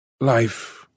Life